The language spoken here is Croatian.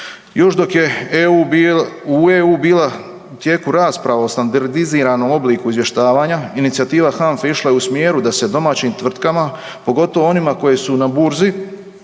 Još dok je u EU bila u tijeku rasprava o standardiziranom obliku izvještavanja, inicijativa HANFA-e išla je u smjeru da se domaćim tvrtkama, pogotovo onima koje su na Burzi,